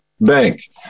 bank